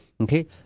Okay